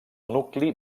nucli